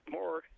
more